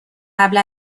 قبل